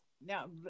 Now